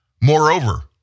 moreover